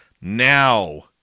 now